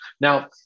Now